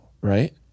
Right